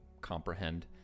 comprehend